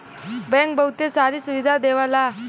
bank बहुते सारी सुविधा देवला